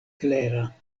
klera